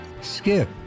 Skip